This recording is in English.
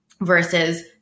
versus